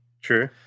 True